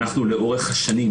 אנחנו לאורך השנים,